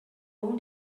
own